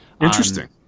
Interesting